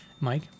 Mike